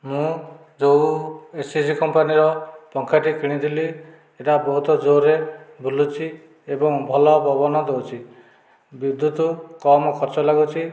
ମୁଁ ଯେଉଁ ଏସିଜି କମ୍ପାନୀର ପଙ୍ଖାଟି କିଣିଥିଲି ସେଟା ବହୁତ ଜୋରରେ ବୁଲୁଛି ଏବଂ ଭଲ ପବନ ଦେଉଛି ବିଦ୍ୟୁତ କମ ଖର୍ଚ୍ଚ ଲାଗୁଛି